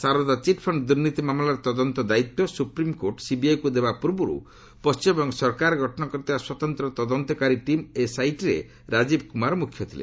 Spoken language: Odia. ଶାରଦା ଚିଟ୍ଫଶ୍ଡ ଦୁର୍ନୀତି ମାମଲାର ତଦନ୍ତ ଦାୟିତ୍ୱ ସୁପ୍ରିମ୍କୋର୍ଟ ସିବିଆଇକୁ ଦେବା ପୂର୍ବରୁ ପଣ୍ଟିମବଙ୍ଗ ସରକାର ଗଠନ କରିଥିବା ସ୍ୱତନ୍ତ୍ର ତଦନ୍ତକାରୀ ଟିମ୍ ଏସ୍ଆଇଟିରେ ରାଜୀବ୍ କୁମାର ମୁଖ୍ୟ ଥିଲେ